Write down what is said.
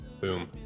Boom